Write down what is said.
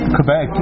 Quebec